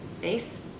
face